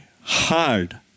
hard